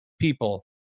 people